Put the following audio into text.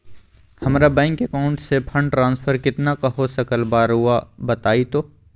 हमरा bank account से fund transfer कितना का हो सकल बा रुआ बताई तो?